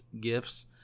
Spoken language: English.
gifts